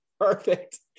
perfect